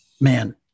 man